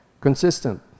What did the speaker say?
consistent